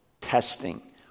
testing